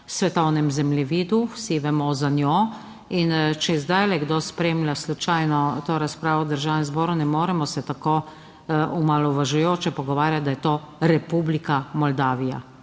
svetovnem zemljevidu, vsi vemo za njo, in če zdaj kdo spremlja slučajno to razpravo v Državnem zboru, ne moremo se tako omalovažujoče pogovarjati, da je to "Republika Moldavija".